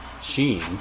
sheen